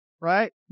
Right